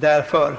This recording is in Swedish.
härtill.